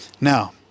Now